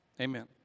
amen